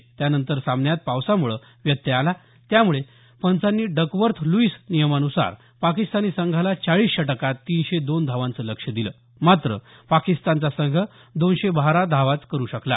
पस्तीसाव्या षटकानंतर सामन्यात पावसामुळे व्यत्यय आला त्यामुळे पंचांनी डकवर्थ लुईस नियमानुसार पाकिस्तानी संघाला चाळीस षटकात तीनशे दोन धावांचं लक्ष्य देण्यात आलं मात्र पाकिस्तानचा संघ दोनशे बारा धावाच करू शकला